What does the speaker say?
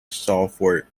salford